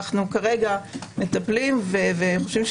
אנו כרגע מטפלים וחושבים,